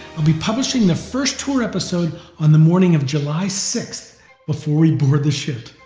will be publishing the first tour episode on the morning of july sixth before we board the ship.